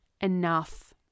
enough